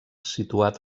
situat